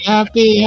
Happy